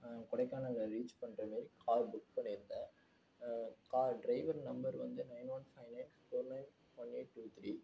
கொடைக்கானலில் ரீச் பண்ணுற மாரி கார் புக் பண்ணி இருந்தேன் கார் டிரைவர் நம்பர் வந்து nine one five nine four nine one eight two three